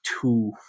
two